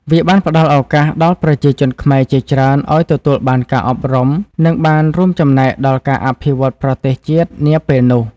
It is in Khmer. វាបានផ្តល់ឱកាសដល់ប្រជាជនខ្មែរជាច្រើនឱ្យទទួលបានការអប់រំ និងបានរួមចំណែកដល់ការអភិវឌ្ឍប្រទេសជាតិនាពេលនោះ។